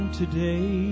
today